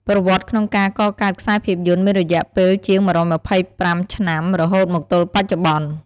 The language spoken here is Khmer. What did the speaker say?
ប្រវត្តិក្នុងការកកើតខ្សែភាពយន្តមានរយៈពេលជាង ១២៥ ឆ្នាំហើយ រហូតមកទល់បច្ចុប្បន្ន។